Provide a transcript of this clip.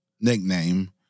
nickname